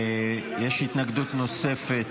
יש התנגדות נוספת.